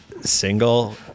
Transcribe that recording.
single